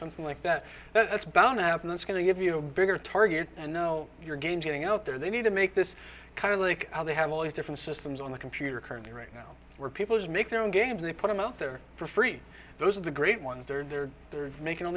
something like that that's bound to happen that's going to give you a bigger target and know your game getting out there they need to make this kind of like how they have all these different systems on the computer currently right now where people make their own games they put them out there for free those are the great ones that are there they're making all